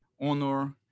Honor